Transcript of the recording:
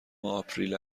آپریل